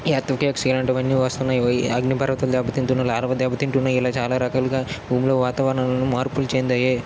earthquakes ఇలాంటివన్నీ వస్తున్నాయి అగ్ని పర్వతాలు దెబ్బతింటున్నాయి లావా దెబ్బతింటున్నాయి ఇలా చాలా రకాలుగా భూమిలో వాతావరణంలో మార్పులు చెందాయి